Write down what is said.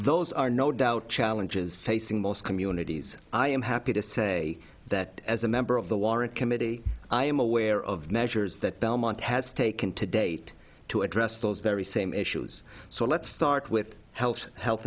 those are no doubt challenges facing most communities i am happy to say that as a member of the warrant committee i am aware of measures that belmont has taken to date to address those very same issues so let's start with health health